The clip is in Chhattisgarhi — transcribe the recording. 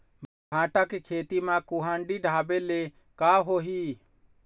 भांटा के खेती म कुहड़ी ढाबे ले का होही?